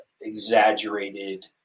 exaggerated